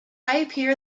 appear